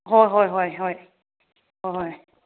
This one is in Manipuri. ꯍꯣꯏ ꯍꯣꯏ ꯍꯣꯏ ꯍꯣꯏ ꯍꯣꯍꯣꯏ